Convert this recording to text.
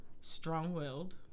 strong-willed